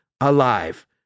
alive